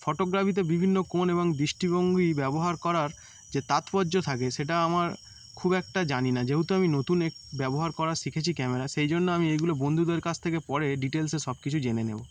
ফটোগ্রাফিতে বিভিন্ন কোণ এবং দৃষ্টিভঙ্গি ব্যবহার করার যে তাৎপর্য থাকে সেটা আমার খুব একটা জানি না যেহেতু আমি নতুন এক ব্যবহার করা শিখেছি ক্যামেরা সেই জন্য আমি এইগুলো বন্ধুদের কাছ থেকে পরে ডিটেলসে সব কিছু জেনে নেবো